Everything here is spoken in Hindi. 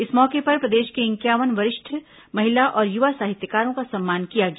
इस मौके पर प्रदेश के इंक्यावन वरिष्ठ महिला और युवा साहित्यकारों का सम्मान किया गया